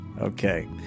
Okay